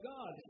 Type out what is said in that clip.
God